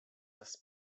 das